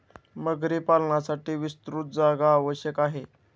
मगरी पालनासाठी विस्तृत जागा आवश्यक आहे